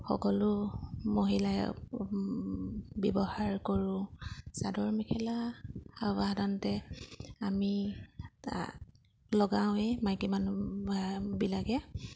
সকলো মহিলাই ব্যৱহাৰ কৰোঁ চাদৰ মেখেলা আৰু সাধাৰণতে আমি তাঁত লগাওঁৱেই মাইকী মানুহবিলাকে